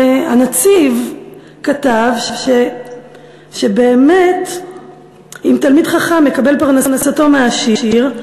הנצי"ב כתב שבאמת אם תלמיד חכם יקבל פרנסתו מהעשיר,